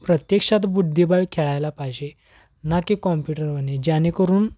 प्रत्यक्षात बुद्धिबळ खेळायला पाहिजे ना की कॉम्प्युटरने जेणेकरून